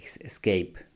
escape